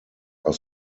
are